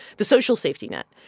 the social safety net.